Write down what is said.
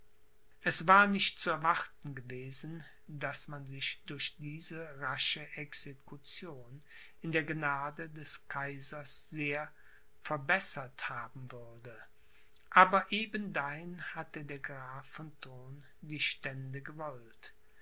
es war nicht zu erwarten daß man sich durch diese rasche execution in der gnade des kaisers sehr verbessert haben würde aber ebendahin hatte der graf von thurn die stände gewollt